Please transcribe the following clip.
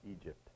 Egypt